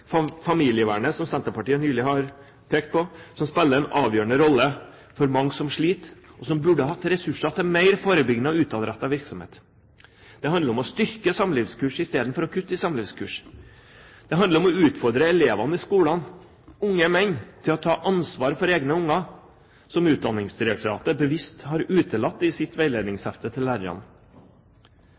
familievernet, som Senterpartiet nylig har pekt på, som spiller en avgjørende rolle for mange som sliter, og som burde hatt ressurser til mer forebyggende og utadrettet virksomhet. Det handler om å styrke samlivskurs i stedet for å kutte i samlivskurs. Det handler om å utfordre elevene i skolene, unge menn til å ta ansvar for egne unger, som Utdanningsdirektoratet bevisst har utelatt i sitt veiledningshefte for lærerne.